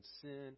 sin